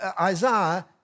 Isaiah